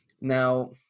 now